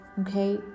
okay